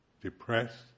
depressed